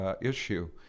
issue